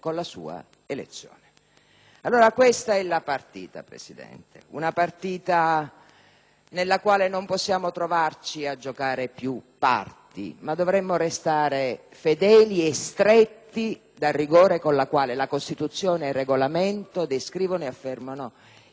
Questa è la partita, Presidente. Una partita nella quale non possiamo trovarci a giocare più parti, ma dovremmo restare fedeli e stretti dal rigore con la quale la Costituzione ed il Regolamento descrivono e affermano i poteri del Senato.